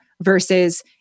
versus